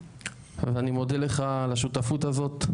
אז אני מודה לך על השותפות הזאת.